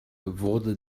wurde